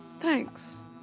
thanks